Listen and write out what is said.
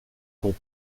pour